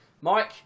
Mike